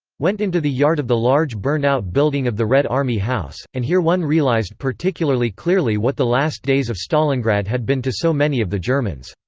went into the yard of the large burnt out building of the red army house and here one realized particularly clearly what the last days of stalingrad had been to so many of the germans.